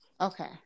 Okay